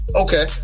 Okay